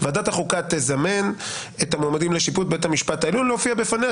"ועדת החוקה תזמן את המועמדים לשיפוט בית המשפט העליון להופיע בפניה.